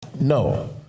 No